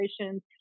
operations